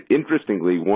interestingly